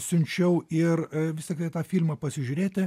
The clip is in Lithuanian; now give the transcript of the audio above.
siunčiau ir vis tiktai tą filmą pasižiūrėti